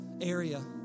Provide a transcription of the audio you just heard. area